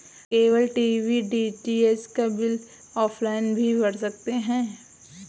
cable TV DTH का bill offline भी भर सकते हैं